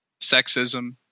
sexism